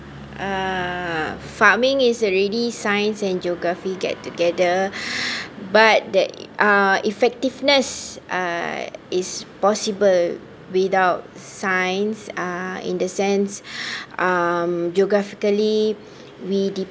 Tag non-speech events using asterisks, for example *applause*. uh farming is already science and geography get together *breath* but that uh effectiveness uh is possible without science uh in the sense *breath* um geographically we de~